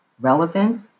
relevant